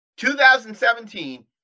2017